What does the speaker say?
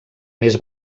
més